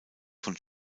von